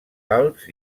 alps